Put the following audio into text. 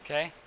Okay